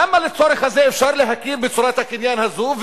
למה לצורך הזה אפשר להכיר בצורת הקניין הזו,